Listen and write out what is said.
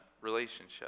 relationship